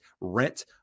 rent